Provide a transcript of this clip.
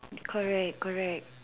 correct correct